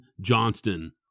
Johnston